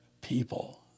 people